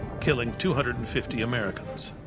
killing two hundred and fifty americans.